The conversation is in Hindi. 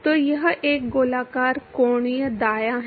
तो यह एक गोलाकार कोणीय दायां है